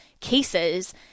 cases